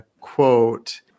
quote